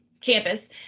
campus